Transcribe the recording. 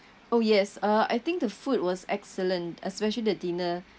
oh yes uh I think the food was excellent especially the dinner